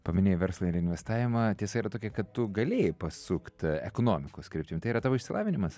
paminėjai verslą ir investavimą tiesa yra tokia kad tu galėjai pasukti ekonomikos kryptimi tai yra tavo išsilavinimas